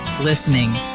listening